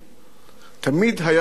תמיד היה שם לפנים.